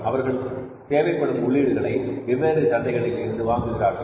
அவர்கள் தேவைப்படும் உள்ளீடுகளை வெவ்வேறு சந்தைகளில் இருந்து வாங்குகிறார்கள்